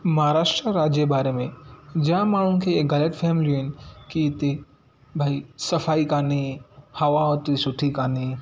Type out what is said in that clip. महाराष्ट्रा राज्य बारे में जाम माण्हुनि खे ग़लतिफ़हमियूं आहिनि की हिते भई सफ़ाई कोन्हे हवा हुते सुठी कोन्हे